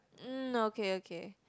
mm okay okay